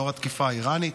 לאור התקיפה האיראנית.